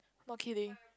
not kidding